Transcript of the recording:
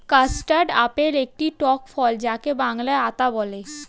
custard apple একটি টক ফল যাকে বাংলায় আতা বলে